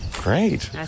Great